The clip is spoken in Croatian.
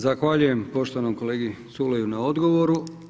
Zahvaljujem poštovanom kolegi Culeju na odgovoru.